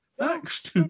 Next